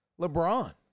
LeBron